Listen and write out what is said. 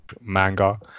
manga